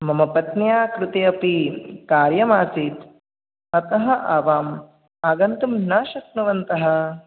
मम पत्न्याः कृते अपि कार्यम् आसीत् अतः आवाम् आगन्तुं न शक्नुवन्तः